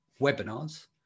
webinars